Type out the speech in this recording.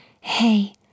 Hey